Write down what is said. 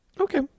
Okay